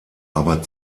aber